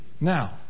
Now